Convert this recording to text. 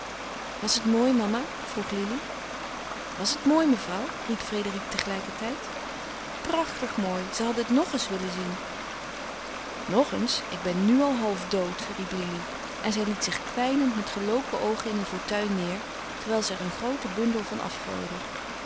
was het mooi mama vroeg lili was het mooi mevrouw riep frédérique tegelijkertijd prachtig mooi ze hadden het nog eens willen zien nog eens ik ben nu al half dood riep lili en zij liet zich kwijnend met geloken oogen in een fauteuil neêr terwijl ze er een grooten bundel van afgooide